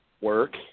work